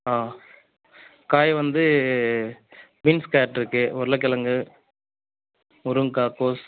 ஆ காய் வந்து beans carrot இருக்கு உருளைக்கெலங்கு முருங்கக்காய் கோஸ்